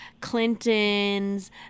Clintons